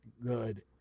good